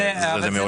זה מעולה.